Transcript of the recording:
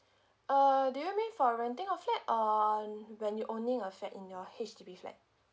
uh do you mean for renting a flat on when you owning a flat in your H_D_B flat